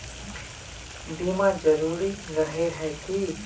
बीमा जरूरी रहे है की?